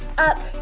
up,